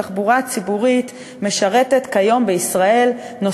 התחבורה הציבורית בישראל משרתת כיום